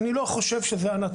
אמרת 6,000. אני לא חושב שזה הנתון.